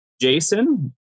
Jason